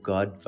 God